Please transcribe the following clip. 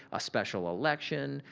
a special election,